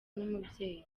n’umubyeyi